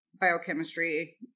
biochemistry